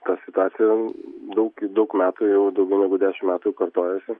ta situacija daug daug metų jau daugiau negu dešim metų kartojasi